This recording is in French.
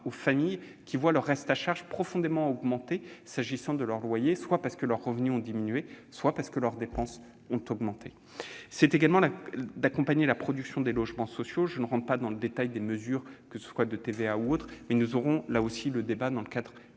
les familles qui voient leur reste à charge profondément augmenter, s'agissant de leur loyer, soit parce que leurs revenus ont diminué, soit parce que leurs dépenses ont augmenté. Il s'agit également d'accompagner la production de logements sociaux. Je n'entre pas dans le détail des mesures, qui portent sur la TVA ou d'autres aspects, mais nous aurons aussi ce débat lors des